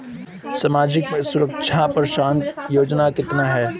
सामाजिक सुरक्षा पेंशन योजना कितनी हैं?